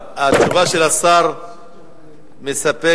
התשובה של השר מספקת.